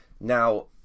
Now